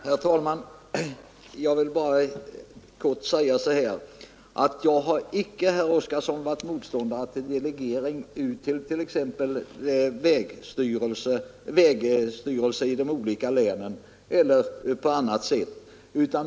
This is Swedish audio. Herr talman! Till herr Oskarson vill jag helt kort säga, att jag icke varit motståndare till en delegering ut till t.ex. vägstyrelsen i de olika länen eller på annat sätt.